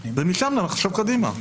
ומשם נחשוב קדימה.